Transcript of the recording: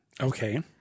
Okay